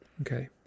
Okay